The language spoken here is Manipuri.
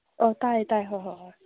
ꯑꯣ ꯇꯥꯏ ꯇꯥꯏ ꯍꯣꯏ ꯍꯣꯏ ꯍꯣꯏ